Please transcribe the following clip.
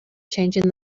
changing